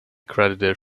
credited